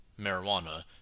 marijuana